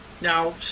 Now